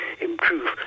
improve